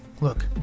Look